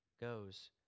goes